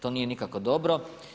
To nije nikako dobro.